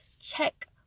check